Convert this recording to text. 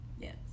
yes